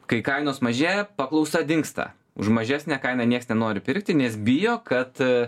kai kainos mažėja paklausa dingsta už mažesnę kainą nieks nenori pirkti nes bijo kad